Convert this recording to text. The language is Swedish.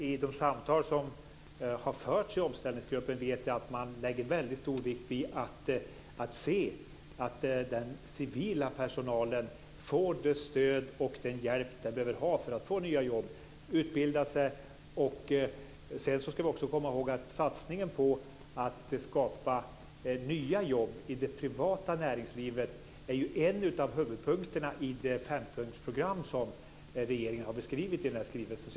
I de samtal som har förts i omställningsgruppen vet jag att man lägger väldigt stor vikt vid att se till att den civila personalen får det stöd och den hjälp som den behöver ha för att få nya jobb och utbilda sig. Vi ska också komma ihåg att satsningen på att skapa nya jobb i det privata näringslivet är en av huvudpunkterna i det fempunktsprogram som regeringen har lagt fram i sin skrivelse.